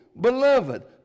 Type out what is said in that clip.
beloved